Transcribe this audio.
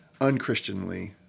unchristianly